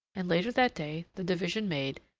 and later that day, the division made,